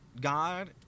God